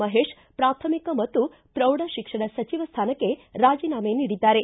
ಮಹೇಶ್ ಪ್ರಾಥಮಿಕ ಮತ್ತು ಪ್ರೌಢಶಿಕ್ಷಣ ಸಚಿವ ಸ್ಥಾನಕ್ಕೆ ರಾಜೀನಾಮೆ ನೀಡಿದ್ದಾರೆ